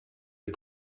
est